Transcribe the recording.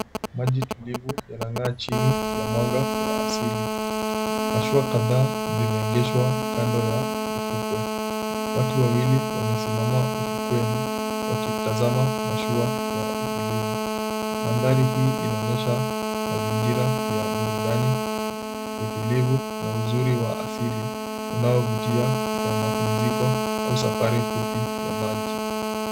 Maji tulivu yanangaa chini ya mwanga wa asili. Mashua kadhaa zimeegeshwa kando ya ufukwe. Watu wawili wamesimama ufukweni wakitazama mashua kwa utulivu. Mandhari hii inaonyesha mazingira ya burudani, utulivu na uzuri wa asili unaovutia kwa mapumziko au safari fupi ya maji.